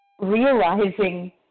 realizing